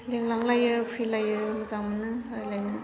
लिंलांलायो फैलायो मोजां मोनो रायज्लायनो